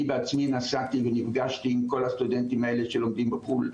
אני בעצמי נסעתי ונפגשתי עם כל הסטודנטים האלה שלומדים בחו"ל,